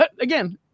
again